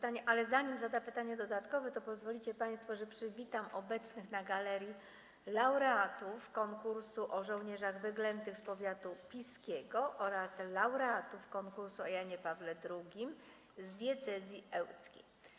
Zanim zostanie zadane pytanie dodatkowe, pozwolicie państwo, że przywitam obecnych na galerii laureatów konkursu o żołnierzach wyklętych z powiatu piskiego oraz laureatów konkursu o Janie Pawle II z diecezji ełckiej.